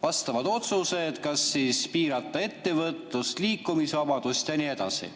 vastu otsused, kas piirata ettevõtlust, liikumisvabadust ja nii edasi.